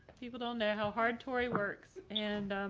people don't know how hard tori works and